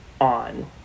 on